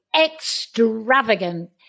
extravagant